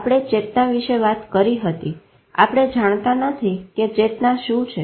આપણે ચેતના વિશે વાત કરી હતી આપણે જાણતા નથી કે ચેતના શું છે